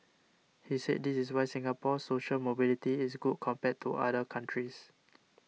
he said this is why Singapore's social mobility is good compared to other countries